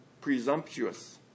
presumptuous